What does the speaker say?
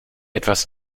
etwas